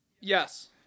Yes